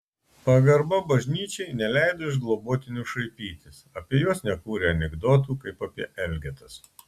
pagarba bažnyčiai neleido iš globotinių šaipytis apie juos nekūrė anekdotų kaip apie elgetas